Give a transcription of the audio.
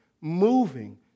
moving